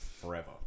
Forever